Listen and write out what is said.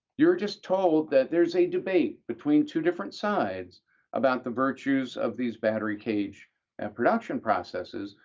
you're just told that there's a debate between two different sides about the virtues of these battery cage and production processes.